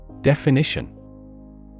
Definition